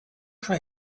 try